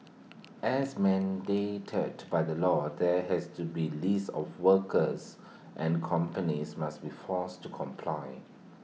as mandated by the law there has to be A list of workers and companies must be forced to comply